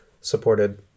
Supported